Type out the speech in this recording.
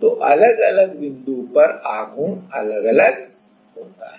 तो अलग अलग बिंदु पर आघूर्ण अलग होता है